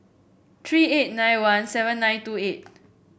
tree eight nine one seven nine two eight